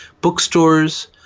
bookstores